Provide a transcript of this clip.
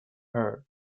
heard